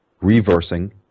reversing